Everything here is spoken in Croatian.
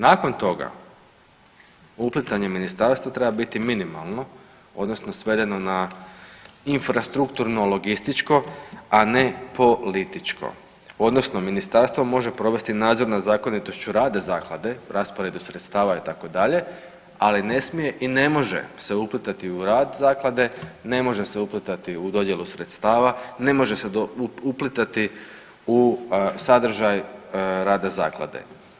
Nakon toga, uplitanje ministarstva treba biti minimalno odnosno svedeno na infrastrukturno logističko, a ne političko odnosno ministarstvo može provesti nadzor nad zakonitošću rada zaklade u rasporedu sredstava itd., ali ne smije i ne može se uplitati u rad zaklade, ne može se uplitati u dodjelu sredstava, ne može se uplitati u sadržaj rada zaklade.